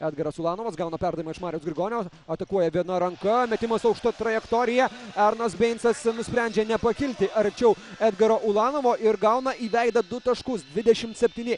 edgaras ulanovas gauna perdavimą iš mariaus grigonio atakuoja viena ranka metimas aukšta trajektorija eronas beincas nusprendžia nepakilti arčiau edgaro ulanovo gauna į veidą du taškus dvidešim septyni